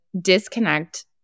disconnect